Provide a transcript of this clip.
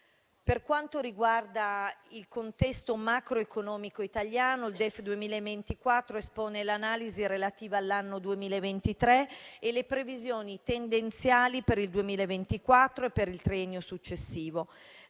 Per quanto riguarda il contesto macroeconomico italiano, il DEF 2024 espone l'analisi relativa all'anno 2023 e le previsioni tendenziali per il 2024 e per il triennio successivo.